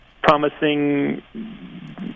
promising